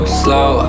slow